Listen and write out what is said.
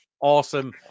awesome